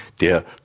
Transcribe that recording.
der